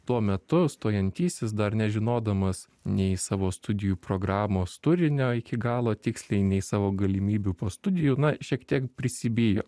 tuo metu stojantysis dar nežinodamas nei savo studijų programos turinio iki galo tiksliai nei savo galimybių po studijų na šiek tiek prisibijo